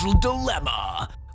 Dilemma